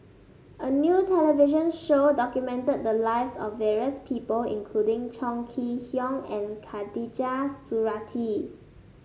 a new television show documented the lives of various people including Chong Kee Hiong and Khatijah Surattee